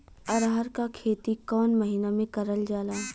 अरहर क खेती कवन महिना मे करल जाला?